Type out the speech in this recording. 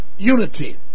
Unity